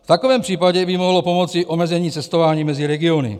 V takovém případě by mohlo pomoci omezení cestování mezi regiony.